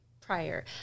prior